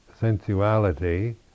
sensuality